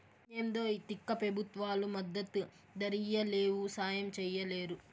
ఏంటో ఈ తిక్క పెబుత్వాలు మద్దతు ధరియ్యలేవు, సాయం చెయ్యలేరు